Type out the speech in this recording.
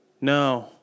No